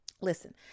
Listen